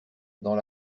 dans